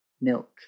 milk